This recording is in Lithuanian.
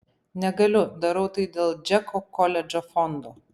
negaliu darau tai dėl džeko koledžo fondo